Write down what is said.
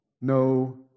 no